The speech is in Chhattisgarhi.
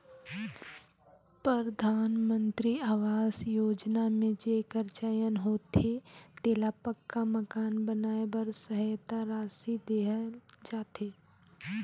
परधानमंतरी अवास योजना में जेकर चयन होथे तेला पक्का मकान बनाए बर सहेता रासि देहल जाथे